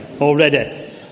already